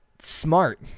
smart